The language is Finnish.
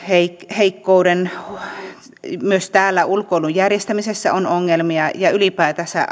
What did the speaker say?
heikkouden myös täällä ulkoilun järjestämisessä on ongelmia ja ylipäätänsä